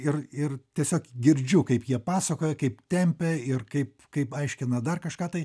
ir ir tiesiog girdžiu kaip jie pasakoja kaip tempia ir kaip kaip aiškina dar kažką tai